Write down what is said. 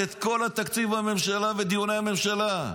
את כל התקציב בממשלה ודיוני הממשלה.